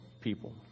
people